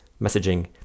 messaging